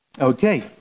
okay